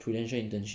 Prudential internship